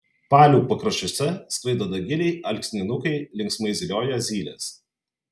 palių pakraščiuose skraido dagiliai alksninukai linksmai zylioja zylės